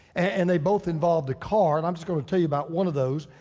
and they both involved a car, and i'm just gonna tell you about one of those.